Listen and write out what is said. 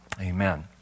Amen